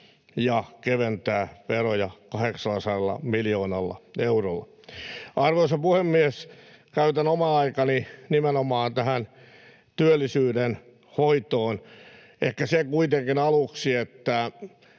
ja keventää veroja 800 miljoonalla eurolla. Arvoisa puhemies! Käytän oman aikani nimenomaan tähän työllisyyden hoitoon. Ehkä se kuitenkin aluksi, että